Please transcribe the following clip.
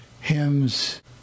hymns